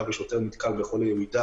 שאם שוטר נתקל בחולה הוא ידע